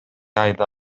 айда